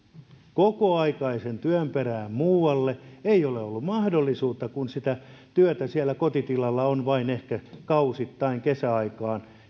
kokoaikaisen työn perään muualle ei ole ollut mahdollisuutta kun sitä työtä siellä kotitilalla on ehkä vain kausittain kesäaikaan